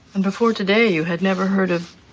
and before today you had never heard of